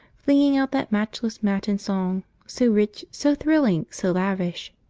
flinging out that matchless matin song, so rich, so thrilling, so lavish!